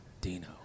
Dino